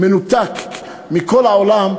המנותק מכל העולם,